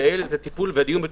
לייעל את הטיפול בתובנה,